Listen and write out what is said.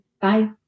Bye